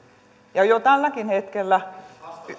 jo tälläkin hetkellä